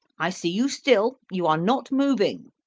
i see you still you are not moving.